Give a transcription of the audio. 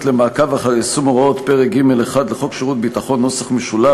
למעקב אחר יישום הוראות פרק ג'1 לחוק שירות ביטחון ,